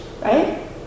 Right